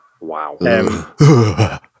Wow